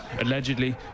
allegedly